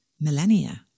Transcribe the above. millennia